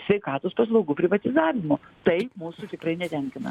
sveikatos paslaugų privatizavimo tai mūsų tikrai netenkina